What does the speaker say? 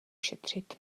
šetřit